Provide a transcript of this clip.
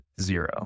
zero